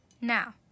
Now